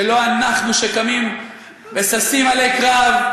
שלא אנחנו שקמים וששים אלי קרב,